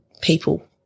people